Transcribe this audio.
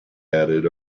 added